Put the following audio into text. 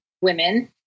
women